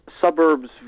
suburbs